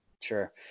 Sure